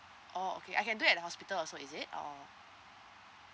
oh okay I can do it at hospital also is it or